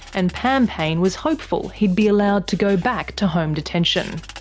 and pam payne was hopeful he'd be allowed to go back to home detention.